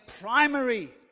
primary